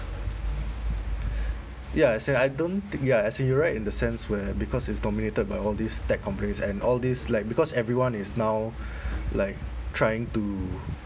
ya as in I don't thi~ ya as in you right in the sense where because is dominated by all these tech companies and all these like because everyone is now like trying to